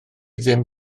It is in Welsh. ddim